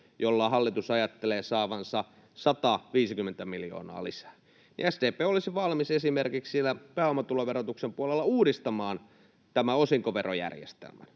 jolla hallitus ajattelee saavansa 150 miljoonaa lisää — niin SDP olisi valmis esimerkiksi siellä pääomatuloverotuksen puolella uudistamaan tämän osinkoverojärjestelmän,